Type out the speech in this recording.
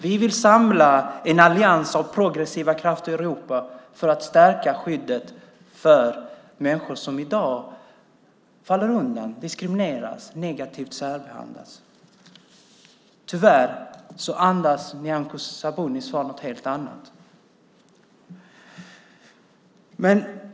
Vi vill samla en allians av progressiva krafter i Europa för att stärka skyddet för människor som i dag faller undan, diskrimineras eller särbehandlas negativt. Tyvärr andas Nyamko Sabunis svar något helt annat.